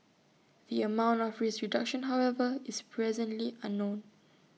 the amount of risk reduction however is presently unknown